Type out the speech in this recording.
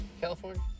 California